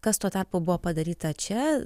kas tuo tarpu buvo padaryta čia